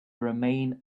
remain